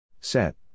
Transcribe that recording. Set